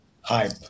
hype